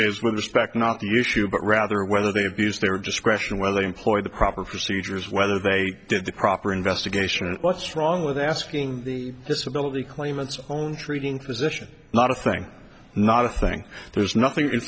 respect not the issue but rather whether they abused their discretion whether they employed the proper procedures whether they did the proper investigation and what's wrong with asking the disability claimants own treating physician not a thing not a thing there's nothing in